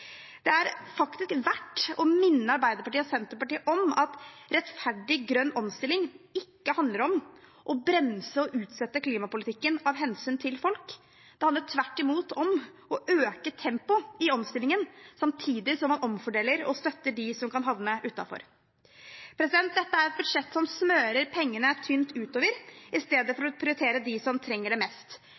Det er faktisk verdt å minne Arbeiderpartiet og Senterpartiet om at rettferdig grønn omstilling ikke handler om å bremse og utsette klimapolitikken av hensyn til folk; det handler tvert imot om å øke tempoet i omstillingen samtidig som man omfordeler og støtter dem som kan havne utenfor. Dette er et budsjett som smører pengene tynt utover istedenfor å prioritere dem som trenger det mest.